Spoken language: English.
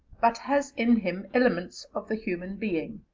but has in him elements of the human being.